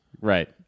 Right